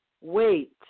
wait